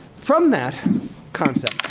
from that concept,